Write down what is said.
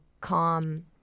calm